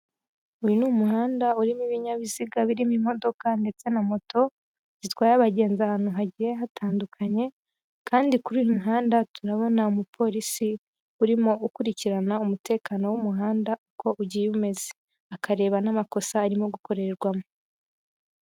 Uyu ni umuhanda urimo ibinyabiziga birimo imodoka ndetse na moto, zitwaye abagenzi ahantu hagiye hatandukanye kandi kuri uyu muhanda turabona umupolisi, urimo ukurikirana umutekano wo mu muhanda uko ugiye umeze. Akareba n'amakosa arimo gukorerwamo.